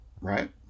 right